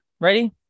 ready